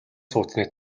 сууцны